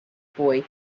boy